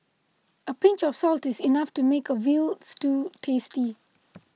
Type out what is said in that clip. a pinch of salt is enough to make a Veal Stew tasty